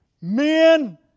Men